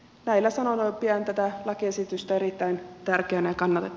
näillä sanoilla pidän tätä lakiesitystä erittäin tärkeänäkaan